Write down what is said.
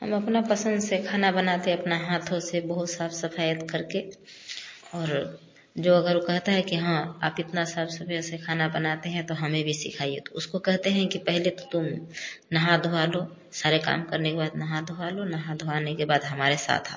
हम अपना पसंद से खाना बनाते हैं अपना हाथों से बहुत साफ सफाई करके और जो अगर वो कहता है कि हाँ आप इतना साफ से खाना बनाते हैं तो हमें भी सिखाइए तो उसको कहते हैं कि पहले तो तुम नहा धो लो सारे काम करने के बाद नहा धो लो नहा धो लेने के बाद हमारे साथ आओ